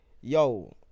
yo